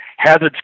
Hazard's